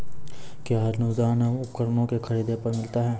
कया अनुदान उपकरणों के खरीद पर मिलता है?